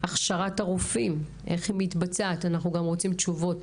איך מתבצעת הכשרת הרופאים, אנחנו מבקשים תשובות